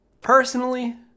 Personally